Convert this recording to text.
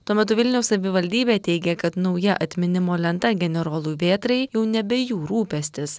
tuo metu vilniaus savivaldybė teigė kad nauja atminimo lenta generolui vėtrai jau nebe jų rūpestis